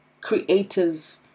creative